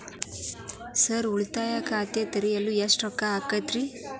Sir ಉಳಿತಾಯ ಖಾತೆ ತೆರೆಯಲು ಎಷ್ಟು ರೊಕ್ಕಾ ಆಗುತ್ತೇರಿ?